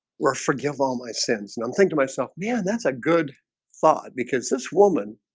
or forgive all my sins and i'm think to myself. yeah, that's a good thought because this woman